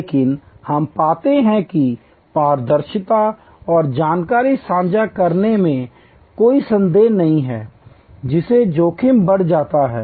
लेकिन हम पाते हैं कि पारदर्शिता और जानकारी साझा करने में कोई संदेह नहीं है जिससे जोखिम बढ़ जाता है